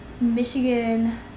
Michigan